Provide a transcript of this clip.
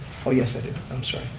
oh yes i do, i'm sorry.